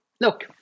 look